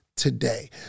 Today